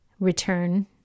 return